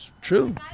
True